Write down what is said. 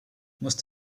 must